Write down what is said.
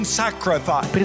sacrifice